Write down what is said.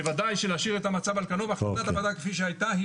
בוודאי להשאיר את המצב על כנו והחלטת הוועדה כפי שהייתה היא